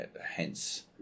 Hence